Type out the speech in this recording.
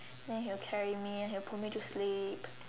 and he'll carry me he'll put me to sleep